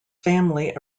family